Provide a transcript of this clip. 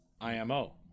IMO